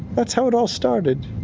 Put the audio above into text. that's how it all started.